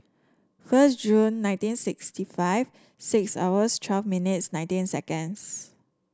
first June nineteen sixty five six hours twelve minutes nineteen seconds